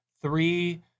Three